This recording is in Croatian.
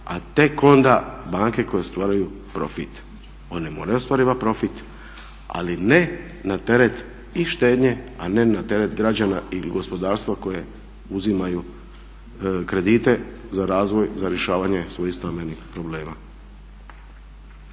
a tek onda banke koje ostvaruju profit. One moraju ostvarivati profit, ali ne na teret i štednje a ne na teret građana i gospodarstva koje uzimaju kredite za razvoj, za rješavanje svojih stambenih problema.